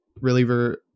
reliever